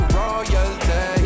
royalty